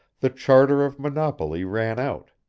the charter of monopoly ran out.